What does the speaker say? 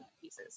pieces